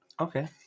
okay